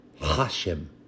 Hashem